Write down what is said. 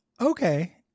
Okay